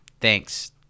thanks